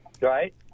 Right